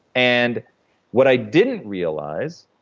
and what i didn't realize,